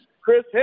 Chris